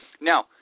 now